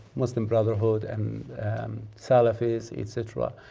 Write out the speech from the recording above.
muslim brotherhood and salafis etc,